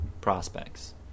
prospects